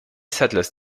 settlers